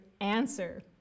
answer